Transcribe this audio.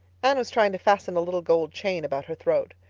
anne was trying to fasten a little gold chain about her throat.